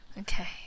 Okay